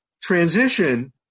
transition